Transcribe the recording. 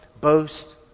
boast